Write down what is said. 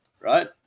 Right